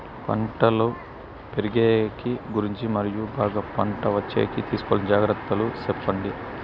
పంటలు పెరిగేకి గురించి మరియు బాగా పంట వచ్చేకి తీసుకోవాల్సిన జాగ్రత్త లు సెప్పండి?